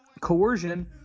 coercion